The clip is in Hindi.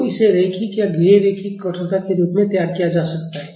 तो इसे रैखिक या गैर रैखिक कठोरता के रूप में तैयार किया जा सकता है